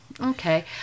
Okay